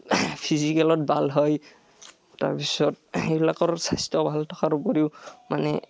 ফিজিকেলত ভাল হয় তাৰপিছত সেইবিলাকৰ স্বাস্থ্য ভাল থকাৰ ওপৰিও মানে